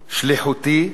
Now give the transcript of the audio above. שליחותי,